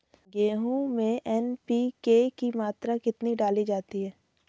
गेहूँ में एन.पी.के की मात्रा कितनी डाली जाती है?